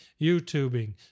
YouTubing